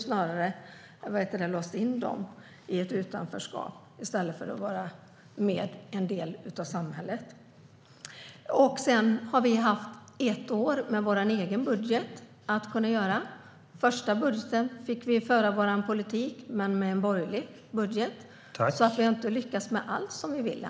Snarare har det låst in kvinnorna i ett utanförskap i stället för att de ska bli en del av samhället. Vi har regerat ett år med vår egen budget. Under första budgeten fick vi föra vår politik, men med en borgerlig budget. Så vi har inte lyckats med allt som vi ville.